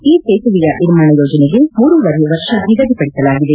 ಈ ಸೇತುವೆಯ ನಿರ್ಮಾಣ ಯೋಜನೆಗೆ ಮೂರೂವರೆ ವರ್ಷ ನಿಗದಿಪಡಿಸಲಾಗಿದೆ